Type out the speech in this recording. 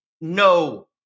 no